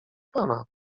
pana